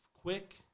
quick